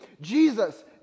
Jesus